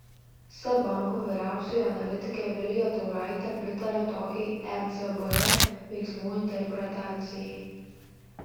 seb banko vyriausioji analitikė vilija tauraitė pritaria tokiai ecb veiksmų interpretacijai